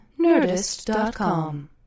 nerdist.com